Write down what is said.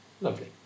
Lovely